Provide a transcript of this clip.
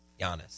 Giannis